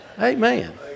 Amen